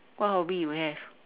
what hobby you have